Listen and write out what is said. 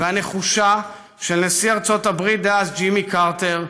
והנחושה של נשיא ארצות הברית דא, ז ג'ימי קרטר,